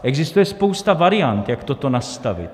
Existuje spousta variant, jak toto nastavit.